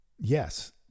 yes